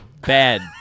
bad